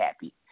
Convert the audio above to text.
happy